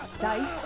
dice